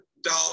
dog